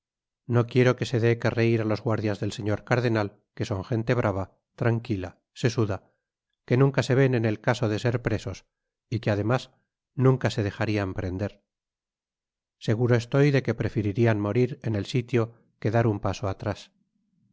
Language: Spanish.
no quiero que se dé que reir á los guardias del señor cardenal que son gente brava tranquila sesuda que nunca se ven en el caso de ser presos y que además nunca se dejarlan prender seguro estoy dé que preferirian morir en el sitio que dar un paso atrás